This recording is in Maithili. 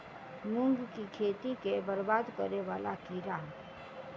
मूंग की खेती केँ बरबाद करे वला कीड़ा?